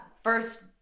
First